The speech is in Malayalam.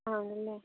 ആണല്ലേ